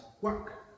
work